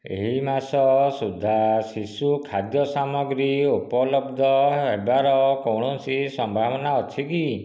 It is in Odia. ଏହି ମାସ ସୁଦ୍ଧା ଶିଶୁ ଖାଦ୍ୟ ସାମଗ୍ରୀ ଉପଲବ୍ଧ ହେବାର କୌଣସି ସମ୍ଭାବନା ଅଛି କି